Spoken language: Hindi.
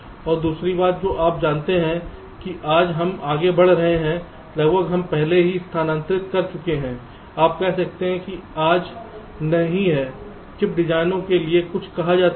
और दूसरी बात जो आप जानते हैं कि आज हम आगे बढ़ रहे हैं लगभग हम पहले ही स्थानांतरित कर चुके हैं आप कह सकते हैं कि आज नहीं है चिप डिजाइनों के लिए कुछ कहा जाता है